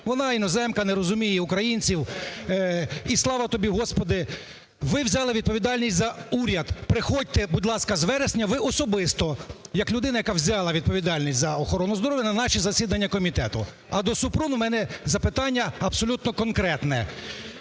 вона іноземка, не розуміє українців, і слава тобі Господи. Ви взяли відповідальність за уряд, приходьте, будь ласка, з вересня, ви особисто як людина, яка взяла відповідальність за охорону здоров'я на наші засідання комітету. А до Супрун у мене запитання абсолютно конкретне.